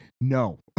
no